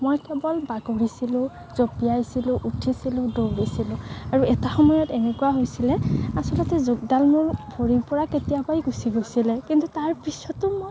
মই কেৱল বাগৰিছিলোঁ জঁপিয়াইছিলোঁ উঠিছিলোঁ দৌৰিছিলোঁ আৰু এটা সময়ত এনেকুৱা হৈছিলে আচলতে জোকদাল মোৰ ভৰিৰপৰা কেতিয়াবাই গুচি গৈছিলে কিন্তু তাৰপিছতো মই